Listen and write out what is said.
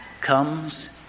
comes